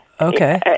Okay